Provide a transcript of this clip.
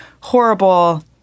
horrible